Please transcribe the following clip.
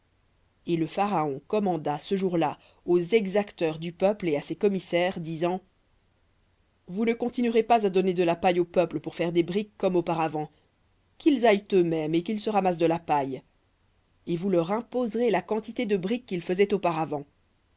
et le pharaon commanda ce jour-là aux exacteurs du peuple et à ses commissaires disant vous ne continuerez pas à donner de la paille au peuple pour faire des briques comme auparavant qu'ils aillent eux-mêmes et qu'ils se ramassent de la paille et vous leur imposerez la quantité de briques qu'ils faisaient auparavant